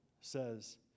says